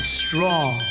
strong